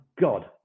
God